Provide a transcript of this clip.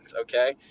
Okay